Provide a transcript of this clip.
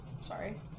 Sorry